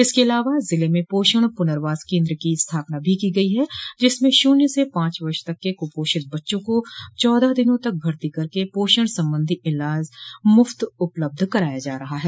इसके अलावा ज़िले में पोषण पुनर्वास केन्द्र की स्थापना भी की गई हैं जिसमें शून्य से पांच वर्ष तक के कुपोषित बच्चों को चौदह दिनों तक भर्ती करके पोषण संबंधी इलाज मुफ्त उपलब्ध कराया जा रहा है